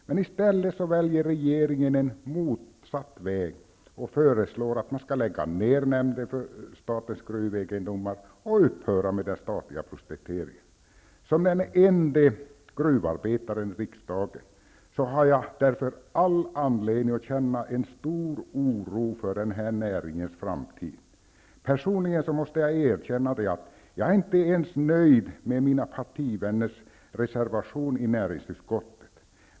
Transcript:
Men i stället väljer regeringen motsatt väg och föreslår att man skall lägga ned nämnden för statens gruvegendom och upphöra med den statliga prospekteringen. Som den ende gruvarbetaren i riksdagen har jag all anledning att känna stor oro för näringens framtid. Jag måste erkänna att jag personligen inte ens är nöjd med mina partivänners reservation i näringsutskottet.